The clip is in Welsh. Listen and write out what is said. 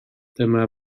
dyma